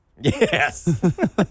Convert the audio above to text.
Yes